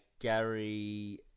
Gary